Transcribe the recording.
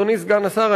אדוני סגן השר,